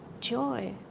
joy